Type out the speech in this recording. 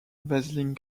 vasling